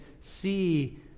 see